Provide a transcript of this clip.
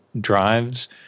drives